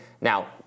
now